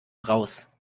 raus